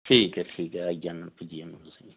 ठीक ऐ ठीक ऐ आई जाना पुज्जी जाना तुसें